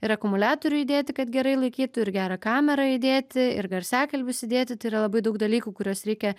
ir akumuliatorių įdėti kad gerai laikytų ir gerą kamerą įdėti ir garsiakalbius įdėti tai yra labai daug dalykų kuriuos reikia